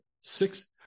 six